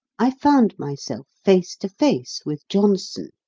i found myself face to face with johnson,